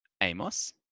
Amos